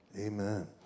Amen